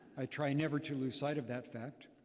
i try never to lose sight of that fact.